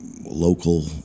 local